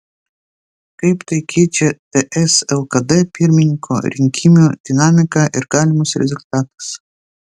kaip tai keičia ts lkd pirmininko rinkimų dinamiką ir galimus rezultatus